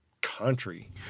country